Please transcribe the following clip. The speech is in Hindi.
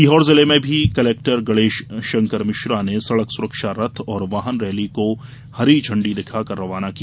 सीहोर जिले में भी कलेक्टर गणेश शंकर मिश्रा ने सड़क सुरक्षा रथ और वाहन रैली को हरी झण्डी दिखाकर रवाना किया